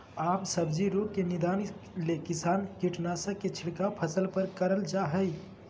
आम सब्जी रोग के निदान ले किसान कीटनाशक के छिड़काव फसल पर करल जा हई